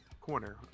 corner